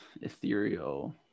ethereal